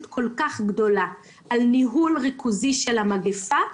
כל כך גדולה על ניהול ריכוזי של המגפה,